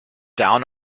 down